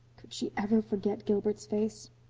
could she ever forget gilbert's face?